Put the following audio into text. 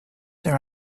their